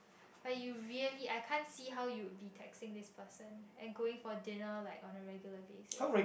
but you really I can't see how you'd be texting this person and going for dinner like on a regular bases